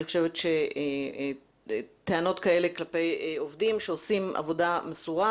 אני חושבת שטענות כאלה כלפי עובדים שעושים עבודה מסורה,